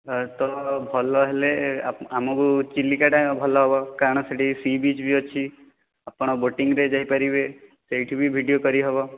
ଅ ତ ଭଲ ହେଲେ ଆ ଆମକୁ ଚିଲିକାଟା ଭଲ ହେବ କାରଣ ସେଇଟି ସି ବୀଚ ବି ଅଛି ଆପଣ ବୋଟିଙ୍ଗରେ ବି ଯାଇପାରିବେ ସେଇଠି ବି ଭିଡ଼ିଓ କରିହେବ